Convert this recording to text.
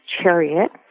chariot